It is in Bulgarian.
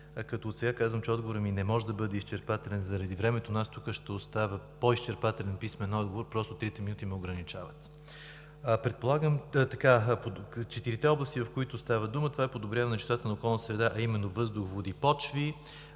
като отсега казвам, че отговорът ми не може да бъде изчерпателен заради времето, но аз тук ще оставя по-изчерпателен писмен отговор. Просто трите минути ме ограничават. Четирите области, за които става дума, това е подобряване на чистотата на околната среда, а именно въздух, води, почви,